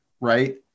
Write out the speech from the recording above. right